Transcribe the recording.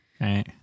Right